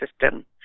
system